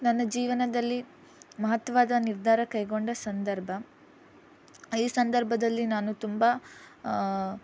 ನನ್ನ ಜೀವನದಲ್ಲಿ ಮಹತ್ವದ ನಿರ್ಧಾರ ಕೈಗೊಂಡ ಸಂದರ್ಭ ಈ ಸಂದರ್ಭದಲ್ಲಿ ನಾನು ತುಂಬ